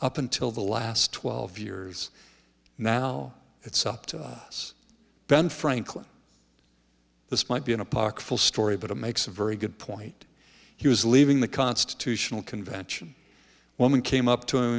up until the last twelve years now it's up to us ben franklin this might be an apocryphal story but it makes a very good point he was leaving the constitutional convention when we came up to